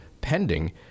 pending